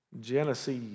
Genesis